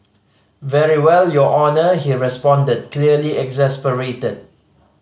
very well your Honour he responded clearly exasperated